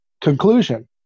conclusion